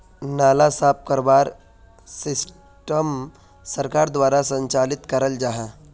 नाला साफ करवार सिस्टम सरकार द्वारा संचालित कराल जहा?